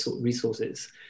resources